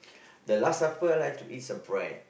the last supper I like to eat some bread